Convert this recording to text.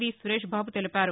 వి సురేష్ బాబు తెలిపారు